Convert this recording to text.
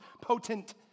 potent